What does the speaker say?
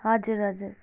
हजुर हजुर